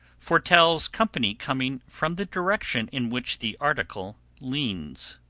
foretells company coming from the direction in which the article leans.